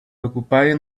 occupying